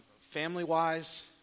family-wise